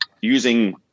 using